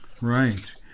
Right